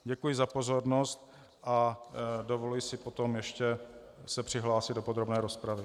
Děkuji za pozornost a dovoluji si potom ještě se přihlásit do podrobné rozpravy.